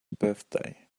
birthday